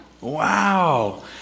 Wow